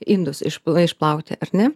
indus išpl išplauti ar ne